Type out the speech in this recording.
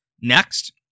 next